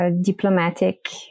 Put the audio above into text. diplomatic